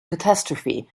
catastrophe